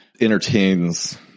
entertains